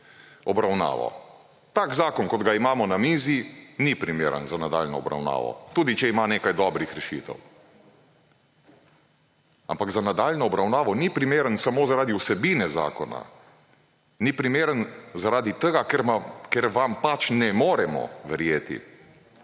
Tak zakon kot ga imamo na mizi ni primeren za nadaljnjo obravnavo, tudi če ima nekaj dobrih rešitev. Ampak za nadaljnjo obravnavo ni primeren samo zaradi vsebine zakona, ni primeren zaradi tega, ker vam pač ne moremo verjeti.